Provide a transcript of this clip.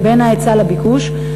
בין ההיצע לביקוש.